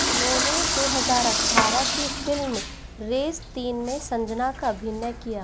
उन्होंने दो हज़ार अट्ठारह की फिल्म रेस तीन में संजना का अभिनय किया